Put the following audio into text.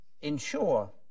ensure